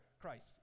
Christ